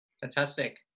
Fantastic